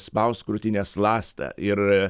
spaust krūtinės ląstą ir